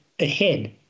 ahead